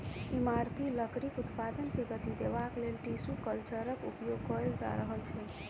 इमारती लकड़ीक उत्पादन के गति देबाक लेल टिसू कल्चरक उपयोग कएल जा रहल छै